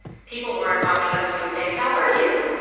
people weren't walking up to me and saying, how are you?